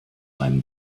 einem